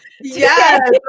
Yes